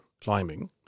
climbing